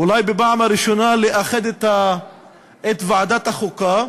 אולי בפעם הראשונה, לאחד את ועדת החוקה.